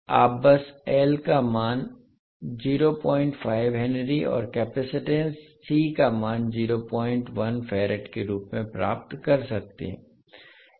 आप बस L का मान 05 हेनरी और कैपेसिटेंस C का मान 01 फराड के रूप में प्राप्त कर सकते हैं